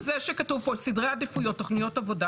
תודה על